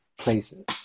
places